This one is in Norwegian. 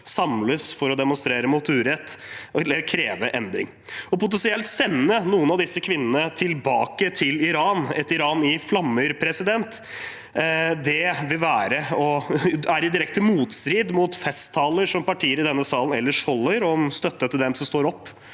samles for å demonstrere mot urett eller kreve endring. Potensielt å sende noen av disse kvinnene tilbake til Iran, et Iran i flammer, er i direkte motstrid til festtaler som partier i denne salen ellers holder, om støtte til dem som står opp